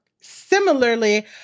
similarly